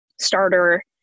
starter